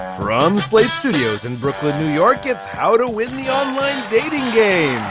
from slate studios in brooklyn new york it's how to win the online dating yeah